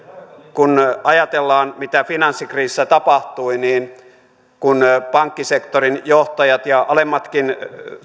kun ajatellaan mitä finanssikriisissä tapahtui niin kun pankkisektorin johtajat ja alemmatkin